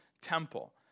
temple